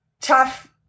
tough